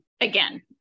Again